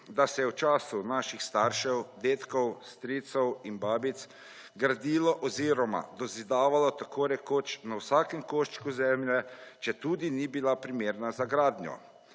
da se je v času naših staršev, dedkov, stricev in babic, gradilo oziroma dozidavalo tako rekoč na vsakem koščku zemlje, četudi ni bila primerna za gradnjo.